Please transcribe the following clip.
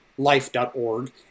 Life.org